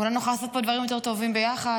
אולי נוכל לעשות פה דברים יותר טובים ביחד,